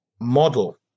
model